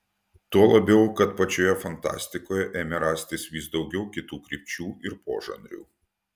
tuo labiau kad pačioje fantastikoje ėmė rastis vis daugiau kitų krypčių ir požanrių